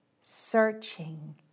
searching